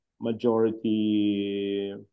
majority